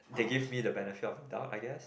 they give me the benefit of doubt I guess